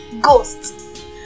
ghosts